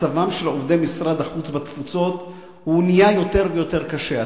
מצבם של עובדי משרד החוץ בתפוצות נהיה יותר ויותר קשה,